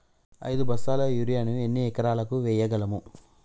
ఐదు బస్తాల యూరియా ను ఎన్ని ఎకరాలకు వేయగలము?